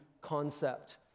concept